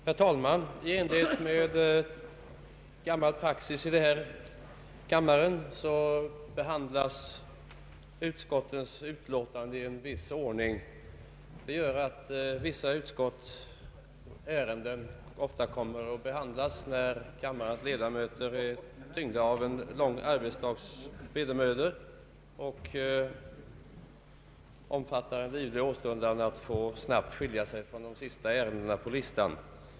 Herr talman! I enlighet med gammal praxis i denna kammare behandlas utskottets utlåtanden i viss ordning. Detta innebär att vissa utskotts ärenden ofta kommer att behandlas, när kammarens ledamöter är tyngda av en lång arbetsdags vedermödor och har en livlig åstundan att snabbt få skilja sig från de sista ärendena på föredragningslistan.